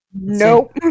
Nope